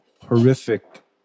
horrific